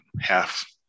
half